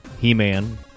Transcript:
He-Man